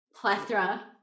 plethora